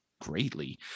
greatly